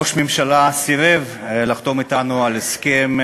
בראשות בנימין נתניהו נכשלת בכל תחום ותחום.